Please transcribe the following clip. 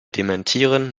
dementieren